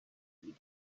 بود